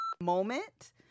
moment